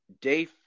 day